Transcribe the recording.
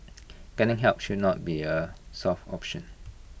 getting help should not be A soft option